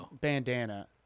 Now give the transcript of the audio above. bandana